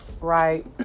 right